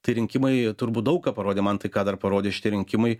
tai rinkimai turbūt daug ką parodė man tai ką dar parodė šitie rinkimai